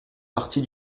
partie